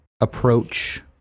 approach